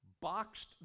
boxed